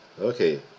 okay